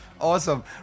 Awesome